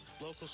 local